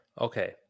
Okay